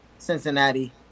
Cincinnati